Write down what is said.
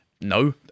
no